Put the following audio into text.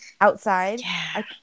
outside